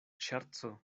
ŝerco